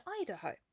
Idaho